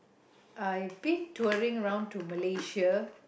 I be touring round to Malaysia